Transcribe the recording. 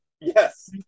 Yes